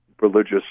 religious